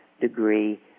degree